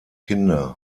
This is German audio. kinder